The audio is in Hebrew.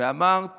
ואמרת